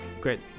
Great